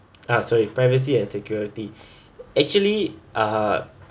uh sorry privacy and security actually uh